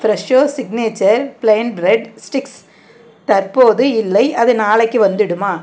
Fresho signature plain bread sticks தற்போது இல்லை அது நாளைக்கு வந்திடுமா